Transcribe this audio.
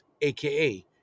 aka